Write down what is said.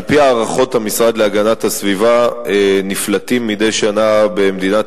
על-פי הערכות המשרד להגנת הסביבה נפלטים מדי שנה במדינת